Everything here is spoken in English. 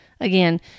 Again